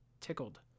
tickled